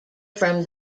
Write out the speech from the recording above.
from